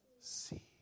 see